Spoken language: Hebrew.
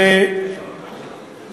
אני מסכים אתך.